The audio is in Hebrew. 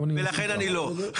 ולכן אני לא.